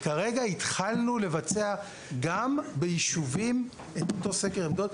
כרגע התחלנו לבצע את אותו סקר עמדות